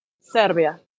Serbia